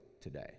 today